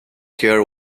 care